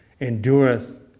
endureth